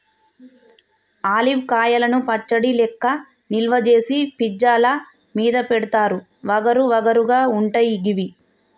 olive కాయలను పచ్చడి లెక్క నిల్వ చేసి పిజ్జా ల మీద పెడుతారు వగరు వగరు గా ఉంటయి గివి